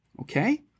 Okay